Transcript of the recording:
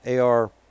AR